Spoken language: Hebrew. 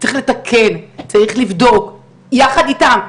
צריך לתקן, צריך לבדוק, יחד איתם.